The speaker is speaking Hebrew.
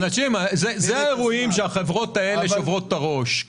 אלה האירועים שהחברות האלה שוברות את הראש.